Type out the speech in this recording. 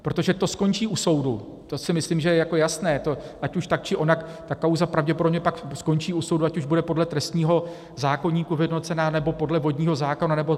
Protože to skončí u soudu, to si myslím, že je jako jasné, ať už tak, či onak, ta kauza pravděpodobně pak skončí u soudu, ať už bude podle trestního zákoníku vyhodnocena, nebo podle vodního zákona, nebo...